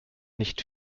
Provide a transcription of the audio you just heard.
nicht